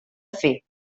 fer